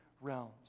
realms